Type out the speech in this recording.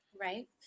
right